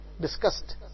discussed